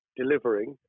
delivering